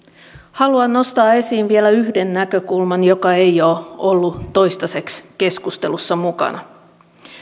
haluan nostaa esiin vielä yhden näkökulman joka ei ole ollut toistaiseksi keskustelussa mukana